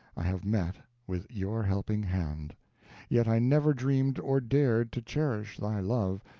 i have met with your helping hand yet i never dreamed or dared to cherish thy love,